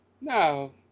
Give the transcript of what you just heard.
No